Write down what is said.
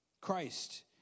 Christ